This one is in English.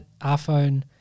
iPhone